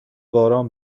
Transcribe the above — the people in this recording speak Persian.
باران